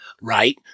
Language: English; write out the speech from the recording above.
Right